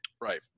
right